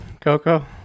coco